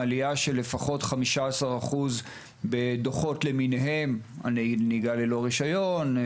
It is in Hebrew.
קבעתי יעד שתהיה עלייה של לפחות 15% בדוחות למיניהם - נהיגה ללא רישיון,